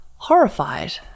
horrified